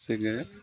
जोङो